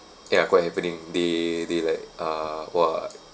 ya quite happening they they like uh !wah!